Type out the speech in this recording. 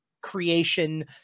creation